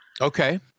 Okay